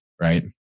Right